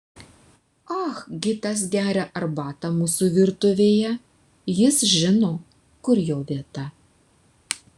ah gitas geria arbatą mūsų virtuvėje jis žino kur jo vieta